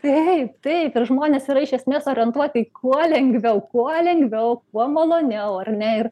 taip taip ir žmonės yra iš esmės orientuoti į kuo lengviau kuo lengviau kuo maloniau ar ne ir